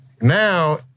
Now